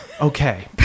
Okay